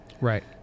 Right